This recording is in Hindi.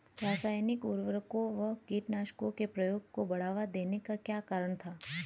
रासायनिक उर्वरकों व कीटनाशकों के प्रयोग को बढ़ावा देने का क्या कारण था?